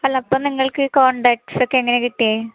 അല്ല അപ്പം നിങ്ങൾക്ക് കോണ്ടാക്സ് ഒക്കെ എങ്ങനെയാ കിട്ടിയത്